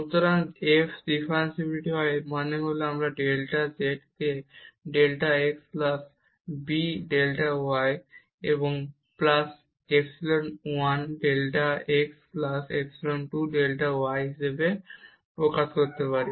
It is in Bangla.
সুতরাং যদি f ডিফারেনশিবিলিটি হয় এর মানে হল আমরা এই ডেল্টা z কে delta x plus b delta y এবং plus epsilon 1 delta x plus epsilon 2 delta y হিসাবে প্রকাশ করতে পারি